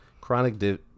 chronic